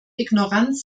ignoranz